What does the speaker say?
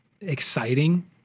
exciting